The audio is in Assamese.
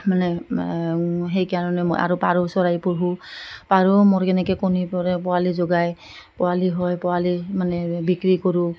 মানে সেইকাৰণে মই আৰু পাৰ চৰাই পুহোঁ পাৰ মোৰ কেনেকৈ কণী পৰে পোৱালি যোগায় পোৱালি হয় পোৱালি মানে বিক্ৰী কৰোঁ